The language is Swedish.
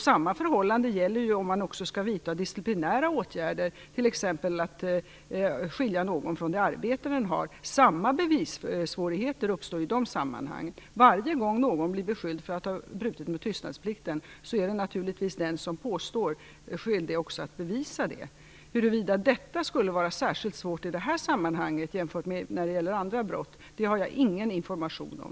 Samma förhållande gäller om man också skall vidta disciplinära åtgärder, t.ex. att skilja någon från det arbete han har. Samma bevissvårigheter uppstår i de sammanhangen. Varje gång någon blir beskylld för att ha brutit mot tystnadsplikten är det naturligtvis den som påstår detta som är skyldig att bevisa det. Huruvida detta skulle vara särskilt svårt i det här sammanhanget jämfört med vid andra brott har jag ingen information om.